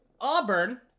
Auburn